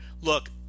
look